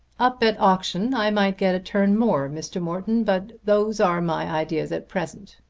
up at auction i might get a turn more, mr. morton but those are my ideas at present.